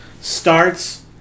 starts